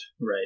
right